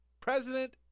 President